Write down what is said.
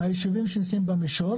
מהיישובים שנמצאים במישור